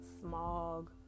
smog